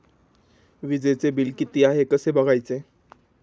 वीजचे बिल किती आहे कसे बघायचे?